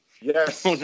Yes